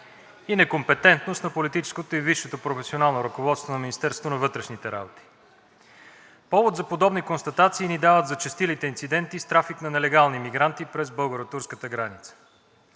и некомпетентност на политическото и висшето професионално ръководство на Министерството на вътрешните работи. Повод за подобни констатации ни дават зачестилите инциденти с трафик на нелегални емигранти през българо-турската граница.